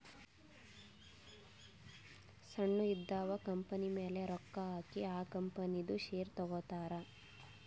ಸಣ್ಣು ಇದ್ದಿವ್ ಕಂಪನಿಮ್ಯಾಲ ರೊಕ್ಕಾ ಹಾಕಿ ಆ ಕಂಪನಿದು ಶೇರ್ ತಗೋತಾರ್